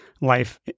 life